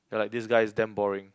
you're like this guy is damn boring